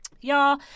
Y'all